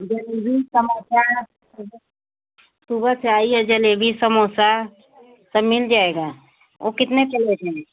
जलेबी समोसा सुबह से आई है जलेबी समोसा सब मिल जाएगा वो कितने प्लेट हैं